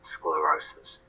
Sclerosis